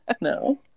No